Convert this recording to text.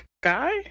guy